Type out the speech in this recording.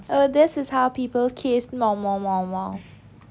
oh this is how people kiss